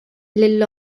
lill